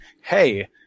Hey